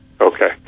Okay